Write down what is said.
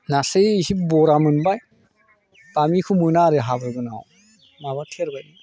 नास्राय एसे बरा मोनबाय बामिखौ मोना आरो हाब्रु गोनाङाव माबा थेरबाय